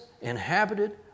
inhabited